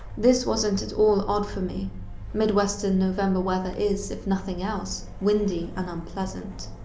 this wasn't at all odd for me midwestern november weather is, if nothing else, windy and unpleasant.